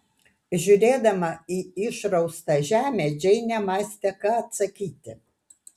žiūrėdama į išraustą žemę džeinė mąstė ką atsakyti